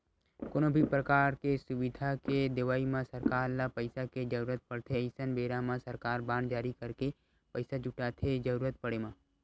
कोनो भी परकार के सुबिधा के देवई म सरकार ल पइसा के जरुरत पड़थे अइसन बेरा म सरकार बांड जारी करके पइसा जुटाथे जरुरत पड़े म